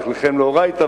חילכם לאורייתא,